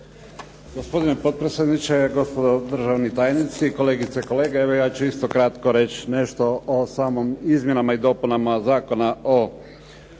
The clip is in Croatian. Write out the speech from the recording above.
Gospodine potpredsjedniče, gospodo državni tajnici, kolegice i kolege. Evo ja ću isto kratko reći nešto o samim izmjenama i dopunama Zakona o